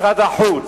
משרד החוץ,